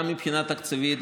גם מבחינה תקציבית,